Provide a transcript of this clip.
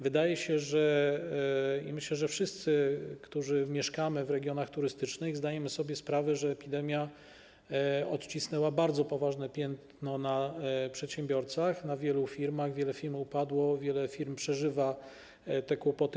Wydaje się, myślę, że wszyscy, którzy mieszkamy w regionach turystycznych, zdajemy sobie sprawę, że epidemia odcisnęła bardzo poważne piętno na przedsiębiorcach, na wielu firmach: wiele firm upadło, wiele firm nadal przeżywa kłopoty.